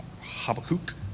Habakkuk